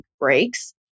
breaks